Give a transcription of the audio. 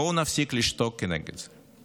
בואו נפסיק לשתוק כנגד זה.